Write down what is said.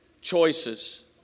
choices